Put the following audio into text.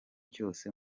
cyose